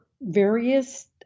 various